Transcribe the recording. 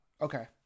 Okay